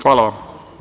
Hvala vam.